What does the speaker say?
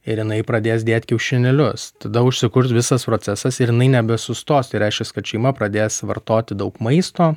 ir jinai pradės dėt kiaušinėlius tada užsikurs visas procesas ir jinai nebesustos tai reiškias kad šeima pradės vartoti daug maisto